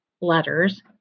letters